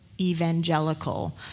evangelical